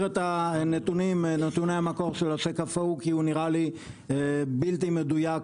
את נתוני המקור של השקף ההוא כי הוא נראה לי בלתי מדויק,